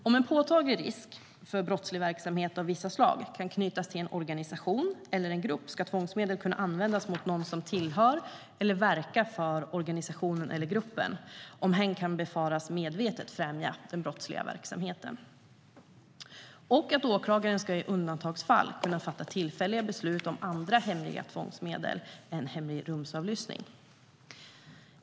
Om en påtaglig risk för brottslig verksamhet av vissa slag kan knytas till en organisation eller en grupp ska tvångsmedel kunna användas mot någon som tillhör eller verkar för organisationen eller gruppen, om hen kan befaras medvetet främja den brottsliga verksamheten. Slutligen ska åklagaren i undantagsfall kunna fatta tillfälliga beslut om andra hemliga tvångsmedel än hemlig rumsavlyssning.